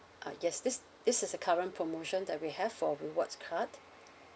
uh yes this this is the current promotion that we have for rewards card